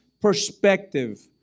perspective